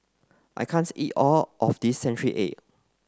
I can't eat all of this century egg